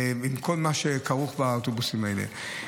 עם כל מה שכרוך באוטובוסים האלה.